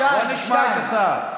2. בואו נשמע את השר.